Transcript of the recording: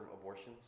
abortions